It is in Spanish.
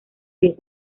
pies